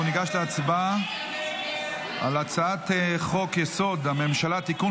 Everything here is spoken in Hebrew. אנחנו ניגש להצבעה על הצעת חוק-יסוד: הממשלה (תיקון,